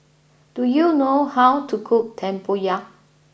do you know how to cook Tempoyak